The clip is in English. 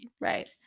Right